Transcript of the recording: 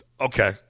okay